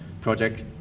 project